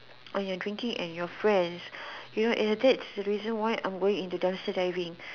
on your drinking and your friends you know that's the reason why I'm going into dumpster diving